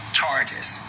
charges